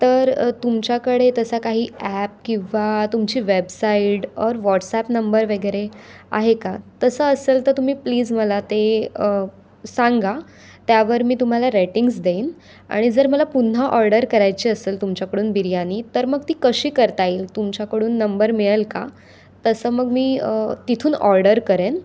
तर तुमच्याकडे तसा काही ॲप किंवा तुमची वॅबसाईड ऑर व्हॅाट्सॲप नंबर वगैरे आहे का तसं असेल तर तुम्ही प्लीज मला ते सांगा त्यावर मी तुम्हाला रॅटिंग्स देईन आणि जर मला पुन्हा ऑर्डर करायची असेल तुमच्याकडून बिर्यानी तर मग ती कशी करता येईल तुमच्याकडून नंबर मिळेल का तसं मग मी तिथून ऑर्डर करेन